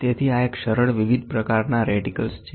તેથી આ એક સરળ વિવિધ પ્રકારનાં રેટિકલ છે